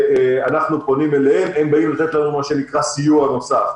אנחנו פונים אליהם והם באים לתת לנו מה שנקרא סיוע נוסף.